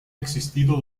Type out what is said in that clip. existido